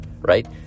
right